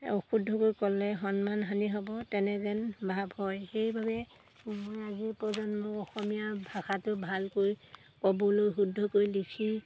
অশুদ্ধকৈ ক'লে সন্মান হানি হ'ব তেনে যেন ভাৱ হয় সেইবাবে মই আজিৰ প্ৰজন্ম অসমীয়া ভাষাটো ভালকৈ ক'বলৈ শুদ্ধ কৰি লিখি